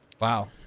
Wow